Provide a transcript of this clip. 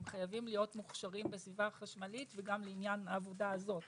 הם חייבים להיות מוכשרים בסביבה חשמלית וגם לעניין העבודה הזאת,